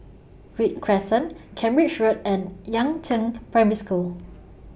Read Crescent Cambridge Road and Yangzheng Primary School